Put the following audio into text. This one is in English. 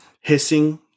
hissing